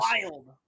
Wild